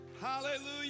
Hallelujah